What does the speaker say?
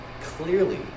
clearly